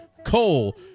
cole